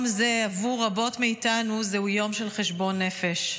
עבור רבות מאיתנו יום זה הוא יום של חשבון נפש,